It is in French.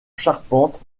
charpente